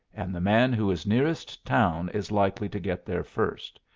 and the man who is nearest town is likely to get there first.